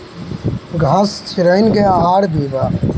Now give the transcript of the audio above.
घास चिरईन के आहार भी बा